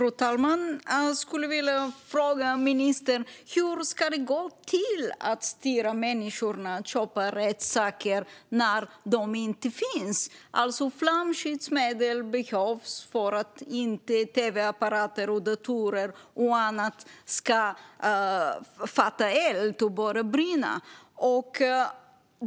Fru talman! Jag vill fråga ministern hur det ska gå till att styra människor mot att köpa rätt saker när de sakerna inte finns. Flamskyddsmedel behövs för att tv-apparater, datorer och annat inte ska börja brinna.